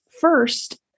First